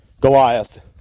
Goliath